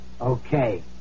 Okay